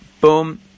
Boom